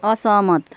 असहमत